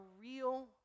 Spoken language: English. real